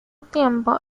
tiempo